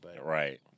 Right